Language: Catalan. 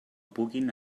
puguin